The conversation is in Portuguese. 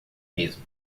mesmo